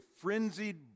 frenzied